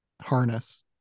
harness